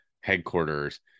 headquarters